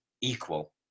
equal